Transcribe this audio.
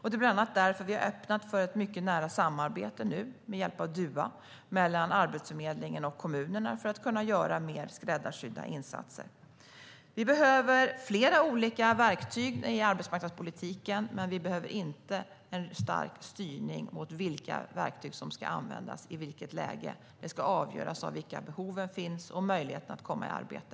Det är bland annat därför som vi har öppnat för ett mycket nära samarbete med hjälp av Dua mellan Arbetsförmedlingen och kommunerna för att kunna göra mer skräddarsydda insatser. Vi behöver flera olika verktyg i arbetsmarknadspolitiken. Men vi behöver inte en stark styrning när det gäller vilka verktyg som ska användas och i vilka lägen. Det ska avgöras av vilka behov som finns och möjligheterna att komma i arbete.